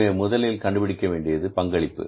எனவே நாம் முதலில் கண்டுபிடிக்க வேண்டியது பங்களிப்பு